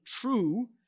true